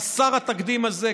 חסר התקדים הזה,